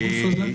בגוף הזה?